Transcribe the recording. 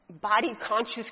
body-conscious